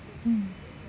hmm